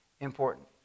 important